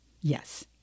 Yes